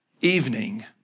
evening